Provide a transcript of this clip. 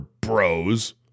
Bros